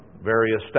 various